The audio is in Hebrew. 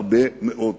הרבה מאוד כסף.